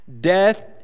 Death